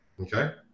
Okay